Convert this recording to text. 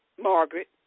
Margaret